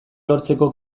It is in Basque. lortzeko